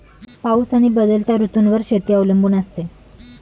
पाऊस आणि बदलत्या ऋतूंवर शेती अवलंबून असते